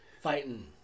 Fighting